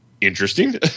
interesting